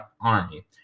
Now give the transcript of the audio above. army